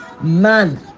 man